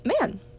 man